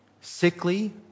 sickly